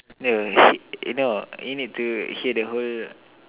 no you heed no you need to hear the whole